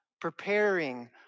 preparing